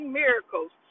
miracles